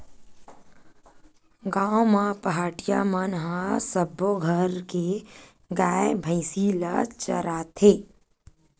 गाँव म पहाटिया मन ह सब्बो घर के गाय, भइसी ल चराथे